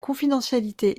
confidentialité